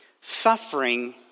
suffering